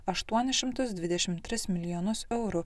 aštuonis šimtus dvidešimt tris milijonus eurų